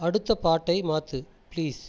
அடுத்த பாட்டை மாற்று பிளீஸ்